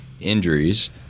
injuries